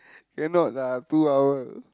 cannot lah two hour